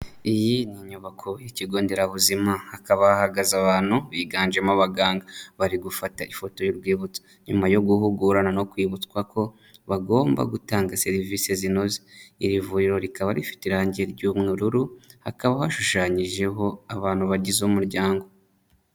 Iyi ni nyubako y'ikigo nderabuzima hakaba hahagaze abantu biganjemo abaganga. Bari gufata ifoto y'urwibutso nyuma yo guhugurana no kwibutswa ko bagomba gutanga serivisi zinoze. Iri vuriro rikaba rifite irangi ry'ubururu, hakaba hashushanyijeho abantu bagize umuryango.